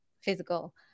physical